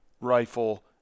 rifle